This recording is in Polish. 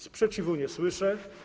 Sprzeciwu nie słyszę.